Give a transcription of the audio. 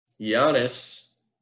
Giannis